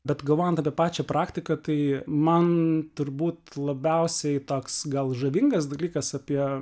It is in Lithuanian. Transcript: bet galvojant apie pačią praktiką tai man turbūt labiausiai toks gal žavingas dalykas apie